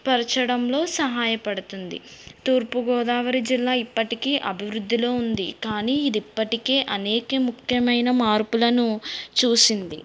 పరచడంలో సహాయపడుతుంది తూర్పుగోదావరి జిల్లా ఇప్పటికీ అభివృద్ధిలో ఉంది కానీ ఇది ఇప్పటికే అనేక ముఖ్యమైన మార్పులను చూసింది